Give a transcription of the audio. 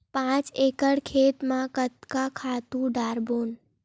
पांच एकड़ खेत म कतका खातु डारबोन?